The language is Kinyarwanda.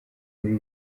muri